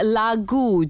lagu